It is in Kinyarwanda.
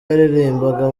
yaririmbaga